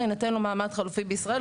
יינתן לו מעמד חלופי בישראל,